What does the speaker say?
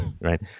right